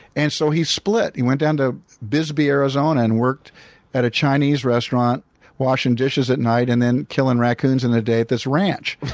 and so he split. he went down to bisbee, arizona and worked at a chinese restaurant washing dishes at night and then killing raccoons during and the day at this ranch.